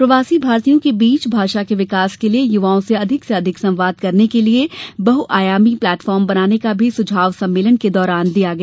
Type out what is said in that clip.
प्रवासी भारतीयों के बीच भाषा के विकास के लिए युवाओं से अधिक से अधिक संवाद करने के लिए बहुआयामी प्लेटफार्म बनाने का भी सुझाव सम्मेलन के दौरान दिया गया